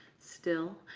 still.